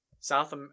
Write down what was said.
South